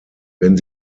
wenn